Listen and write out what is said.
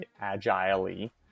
agilely